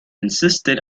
insisted